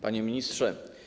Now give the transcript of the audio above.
Panie Ministrze!